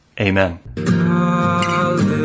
amen